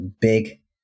big